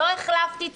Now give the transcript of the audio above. לא החלפתי צד,